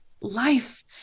life